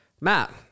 Matt